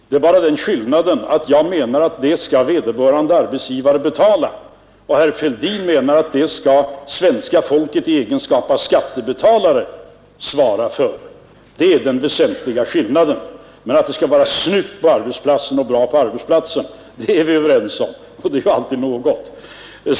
Det är bara den skillnaden att jag menar att det är vederbörande arbetsgivare som skall betala. Herr Fälldin menar att svenska folket i egenskap av skattebetalare skall svara för detta. Det är den väsentliga skillnaden. Men att det skall vara snyggt och bra på arbetsplatsen är vi överens om. Det är ju alltid något.